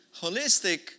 holistic